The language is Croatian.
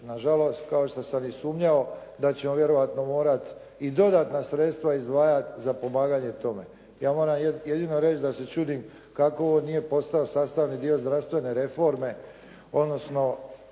na žalost kao što sam i sumnjao da ćemo vjerojatno morati i dodatna sredstva izdvajati za pomaganje tome. Ja moram jedino reći da se čudim kako ovo nije postao sastavni dio zdravstvene reforme, odnosno